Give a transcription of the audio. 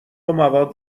مواد